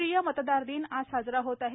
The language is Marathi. राष्ट्रीय मतदार दिन आज साजरा होत आहे